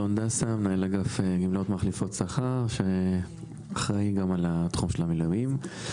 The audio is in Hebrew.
אני מנהל גמלאות מחליפות שכר שאחראי גם על התחום של המילואים.